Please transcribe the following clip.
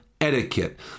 etiquette